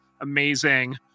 amazing